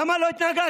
למה לא התנגדתם?